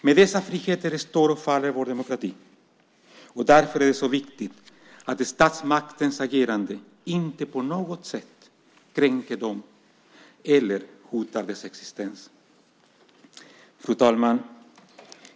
Med dessa friheter står och faller vår demokrati, och därför är det så viktigt att statsmaktens agerande inte på något sätt kränker dem eller hotar dess existens. Fru talman!